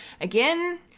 Again